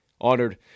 Honored